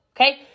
okay